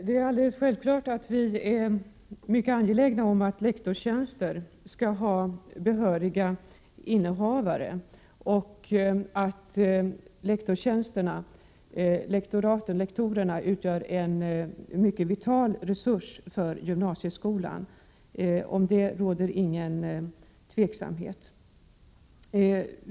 Herr talman! Det är självklart att vi är mycket angelägna om att lektorstjänster skall ha behöriga innehavare. Att lektorerna utgör en mycket vital resurs för gymnasieskolan råder det inget tvivel om.